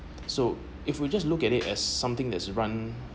so if we just look at it as something that is run